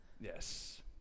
Yes